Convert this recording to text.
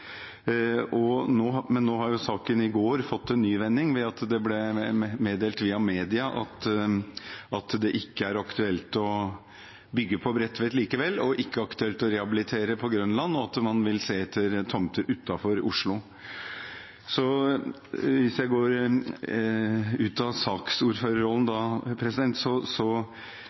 Men nå har saken tatt en ny vending ved at det i går ble meddelt via media at det ikke er aktuelt å bygge på Bredtvet likevel, og heller ikke aktuelt å rehabilitere på Grønland, og at man vil se etter tomter utenfor Oslo. Jeg går da ut av saksordførerrollen